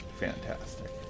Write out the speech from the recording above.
fantastic